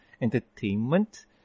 entertainment